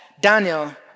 Daniel